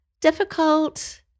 difficult